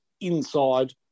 inside